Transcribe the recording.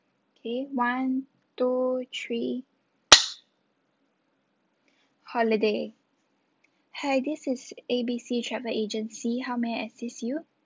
Okay one two three holiday hi this is A B C travel agency how may I assist you